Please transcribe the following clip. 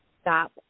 stop